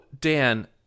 Dan